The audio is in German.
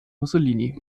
mussolini